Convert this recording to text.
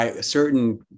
certain